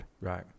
Right